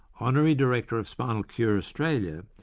honorary director of spinal cure australia,